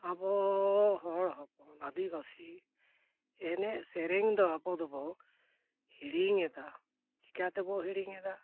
ᱟᱵᱚ ᱦᱚᱲ ᱦᱚᱯᱚᱱ ᱟᱹᱫᱤᱵᱟᱹᱥᱤ ᱮᱱᱮᱡ ᱥᱮᱨᱮᱧ ᱫᱚ ᱟᱵᱚ ᱫᱚᱵᱚᱱ ᱦᱤᱲᱤᱧ ᱮᱫᱟ ᱪᱤᱠᱟᱹᱛᱮᱵᱚᱱ ᱦᱤᱲᱤᱧᱮᱫᱟ